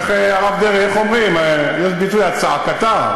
הרב דרעי, איך אומרים, יש ביטוי "הכצעקתה".